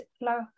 la